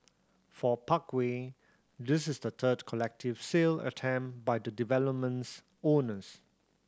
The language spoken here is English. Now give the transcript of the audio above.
for Parkway this is the third collective sale attempt by the development's owners